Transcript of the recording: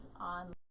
on